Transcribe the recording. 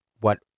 what-